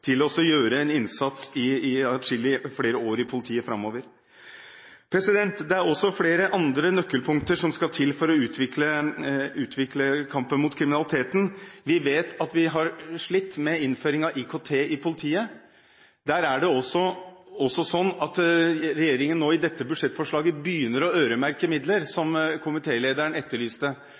til å gjøre en innsats i atskillig flere år i politiet framover. Det er også flere andre nøkkelpunkter som skal til for å utvikle kampen mot kriminaliteten. Vi vet at vi har slitt med innføring av IKT i politiet. Der er det sånn at regjeringen nå i dette budsjettforslaget begynner å øremerke midler, som komitélederen etterlyste.